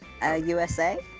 USA